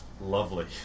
Lovely